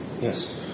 Yes